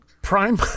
prime